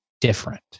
different